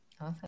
Awesome